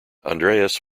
andreas